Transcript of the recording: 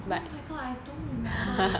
oh my god I don't remember at all